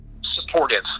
supportive